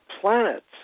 planets